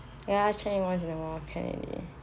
ya change once in a while kennedy